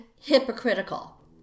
hypocritical